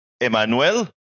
Emanuel